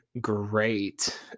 great